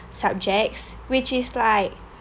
subjects which is like